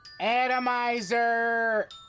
Atomizer